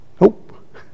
Nope